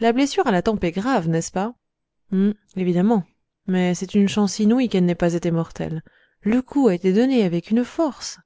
la blessure à la tempe est grave n'est-ce pas évidemment mais c'est une chance inouïe qu'elle n'ait pas été mortelle le coup a été donné avec une force